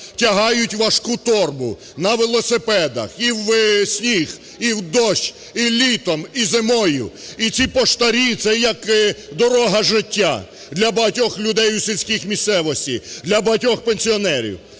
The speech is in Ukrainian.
тягають важку торбу на велосипедах і в сніг, і в дощ, і літом, і зимою. І ці поштарі – це як "дорога життя" для багатьох людей у сільській місцевості, для багатьох пенсіонерів.